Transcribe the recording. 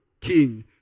King